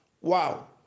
Wow